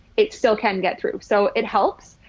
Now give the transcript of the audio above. it still can get through. so it helps,